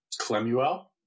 Clemuel